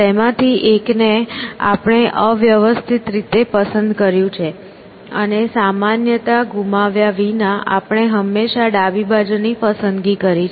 તેમાંથી એકને આપણે અવ્યવસ્થિત રીતે પસંદ કર્યું છે અને સામાન્યતા ગુમાવ્યા વિના આપણે હંમેશા ડાબી બાજુની પસંદગી કરી છે